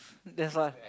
that's why